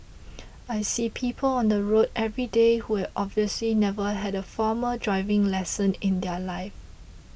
I see people on the road everyday who have obviously never had a formal driving lesson in their life